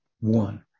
one